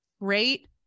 Great